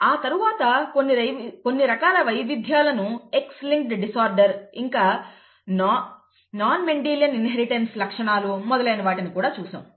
ఆ తరువాత కొన్ని రకాల వైవిధ్యాలను X లింక్డ్ డిసార్డర్ ఇంకా నాన్ మెండిలియన్ ఇన్హెరిటెన్స్ లక్షణాలు మొదలైన వాటిని కూడా చూసాము